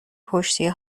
پشتی